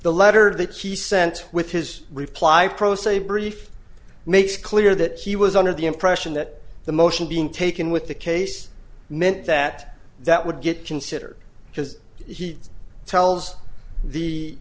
the letter that he sent with his reply pro se brief makes clear that he was under the impression that the motion being taken with the case meant that that would get considered because he tells the